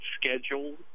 scheduled